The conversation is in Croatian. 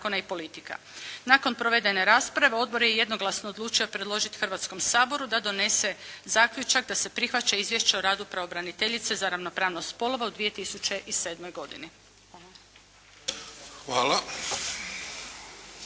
zakona i politika. Nakon provedene rasprave, odbor je jednoglasno odlučio predložiti Hrvatskom saboru da donese zaključak da se prihvaća izvješće o radu pravobraniteljice za ravnopravnost spolova u 2007. godini.